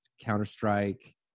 Counter-Strike